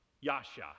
Yasha